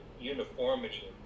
uniformity